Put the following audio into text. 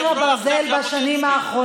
הטקסט "קיר הברזל" זה לא טקסט שלום.